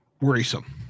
Worrisome